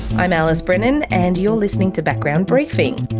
i'm alice brennan and you're listening to background briefing.